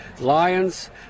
Lions